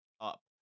up